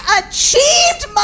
achieved